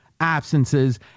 absences